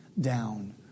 down